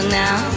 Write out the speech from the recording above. now